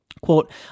Quote